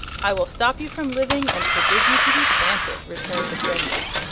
i will stop you from living and forbid you to be planted, returned the prince.